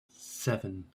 seven